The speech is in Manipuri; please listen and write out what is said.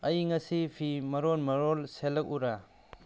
ꯑꯩ ꯉꯁꯤ ꯐꯤ ꯃꯔꯣꯜ ꯃꯔꯣꯜ ꯁꯦꯠꯂꯛꯎꯔ